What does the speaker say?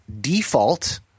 default